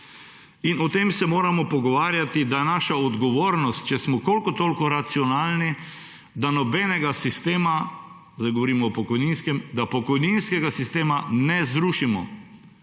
in moramo se pogovarjati o tem, da je naša odgovornost, če smo kolikor toliko racionalni, da nobenega sistema – zdaj govorim o pokojninskem – da pokojninskega sistema ne zrušimo.